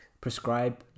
prescribe